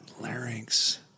Larynx